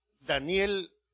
Daniel